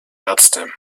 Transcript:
ärzte